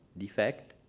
defect,